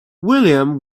william